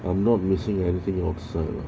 I'm not missing anything outside lah